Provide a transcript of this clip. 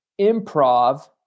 improv